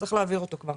שצריך להעביר אותו כבר.